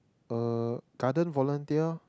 uh garden volunteer